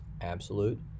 absolute